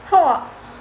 !wah!